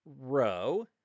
Row